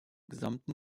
gesamten